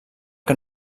que